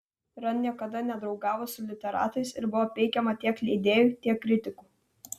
rand niekada nedraugavo su literatais ir buvo peikiama tiek leidėjų tiek kritikų